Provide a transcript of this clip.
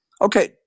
okay